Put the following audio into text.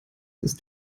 ist